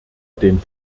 den